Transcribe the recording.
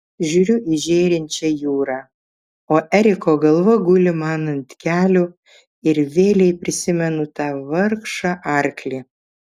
žiūriu į žėrinčią jūrą o eriko galva guli man ant kelių ir vėlei prisimenu tą vargšą arklį